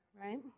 Right